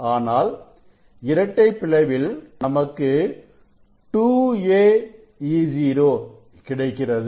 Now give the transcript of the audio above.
ஆனால் இரட்டை பிளவில் நமக்கு 2 a E0 கிடைக்கிறது